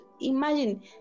Imagine